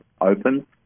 open